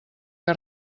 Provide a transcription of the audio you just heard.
que